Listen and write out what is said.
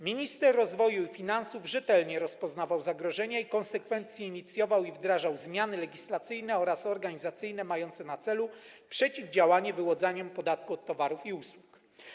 Minister rozwoju i finansów rzetelnie rozpoznawał zagrożenia i konsekwencje, inicjował i wdrażał zmiany legislacyjne oraz organizacyjne mające na celu przeciwdziałanie wyłudzaniu podatków od towarów i usług.